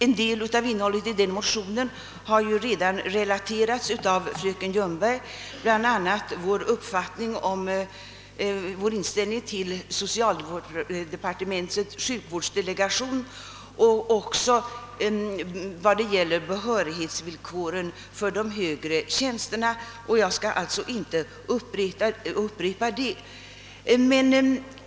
En del av innehållet i motionen har redan relaterats av fröken Ljungberg, bl.a. vår inställning till socialdepartementets sjukvårdsdelegation liksom även vår uppfattning om behörighetsvillkor för de högre tjänsterna. Jag skall alltså inte upprepa detta.